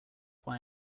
why